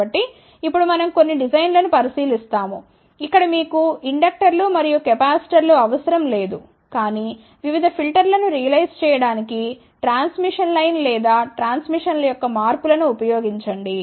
కాబట్టి ఇప్పుడు మనం కొన్ని డిజైన్ లను పరిశీలిస్తాము ఇక్కడ మీకు ఇండక్టర్లు మరియు కెపాసిటర్లు అవసరం లేదు కానీ వివిధ ఫిల్టర్లను రియలైజ్ చేయడానికి ట్రాన్స్మిషన్ లైన్ లేదా ట్రాన్స్మిషన్ లైన్ యొక్క మార్పు లను ఉపయోగించండి